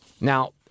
Now